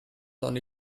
only